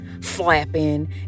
flapping